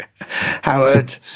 Howard